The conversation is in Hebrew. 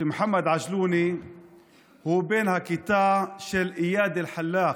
מוחמד אל-עג'לוני הוא בן הכיתה של איאד אלחלאק.